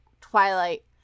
Twilight